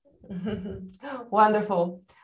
Wonderful